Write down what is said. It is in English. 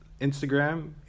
instagram